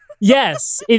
yes